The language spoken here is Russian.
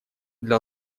для